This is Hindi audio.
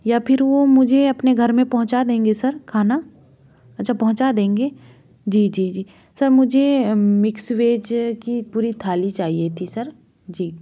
या फिर वो मुझे अपने घर में पहुँचा देंगे सर खाना अच्छा पहुँचा देंगे जी जी जी सर मुझे मिक्स वेज की पूरी थाली चाहिए थी सर जी